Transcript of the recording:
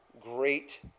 great